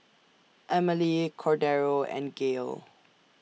Emelie Cordero and Gael